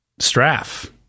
Straff